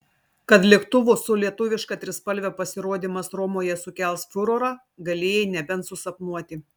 kad lėktuvo su lietuviška trispalve pasirodymas romoje sukels furorą galėjai nebent susapnuoti